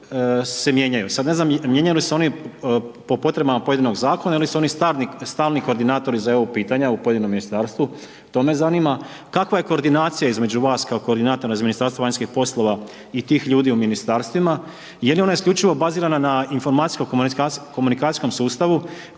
se mijenjaju. Sad ne znam mijenjaju li se oni po potrebama pojedinog zakona ili su oni stalni koordinatori za EU pitanja u pojedinom ministarstvu, to me zanima. Kakva je koordinacija između vas kao koordinatora iz Ministarstva vanjskih poslova i tih ljudi u ministarstvima? Je li ona isključivo bazirana na informacijsko komunikacijskom sustavu